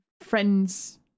friends